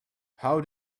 how